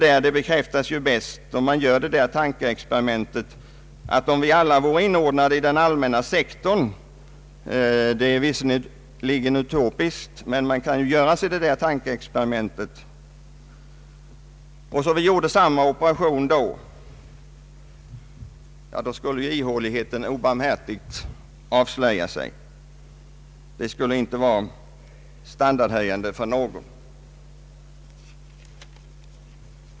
Det bekräftas bäst om man gör tankeexperimentet att vi alla vore inordnade i den allmänna sektorn — det är visserligen utopiskt men låt oss ändå göra det — och man gjorde samma operation, då skulle ihåligheten obarmhärtigt avslöjas. Det skulle inte bli någon standardhöjning alls.